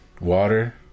water